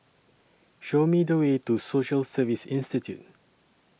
Show Me The Way to Social Service Institute